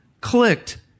clicked